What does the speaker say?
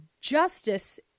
justice